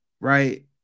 right